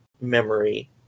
memory